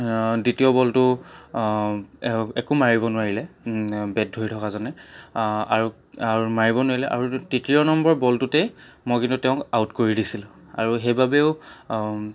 দ্বিতীয় বলটো এ একো মাৰিব নোৱাৰিলে বেট ধৰি থকাজনে আৰু আৰু মাৰিব নোৱাৰিলে আৰু তৃতীয় নম্বৰ বলটোতে মই কিন্তু তেওঁক আউট কৰি দিছিলোঁ আৰু সেইবাবেও